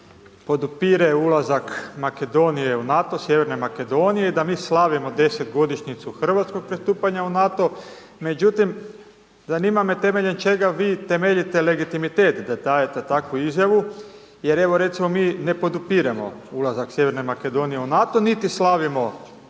podupire ulazak Makedonije u NATO sjeverne Makedonije i da mi slavimo 10.-godišnjicu hrvatskog pristupanja u NATO, međutim, zanima me temeljem čega vi temeljite legitimitet da dajete takvu izjavu jer evo recimo, mi ne podupiremo ulazak sjeverne Makedonije u NATO, niti slavimo